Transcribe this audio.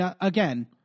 again